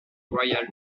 royal